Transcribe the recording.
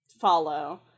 follow